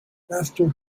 after